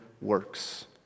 works